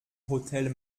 hotel